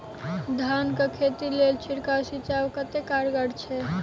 धान कऽ खेती लेल छिड़काव सिंचाई कतेक कारगर छै?